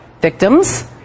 victims